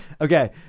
okay